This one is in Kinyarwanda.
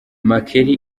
makeri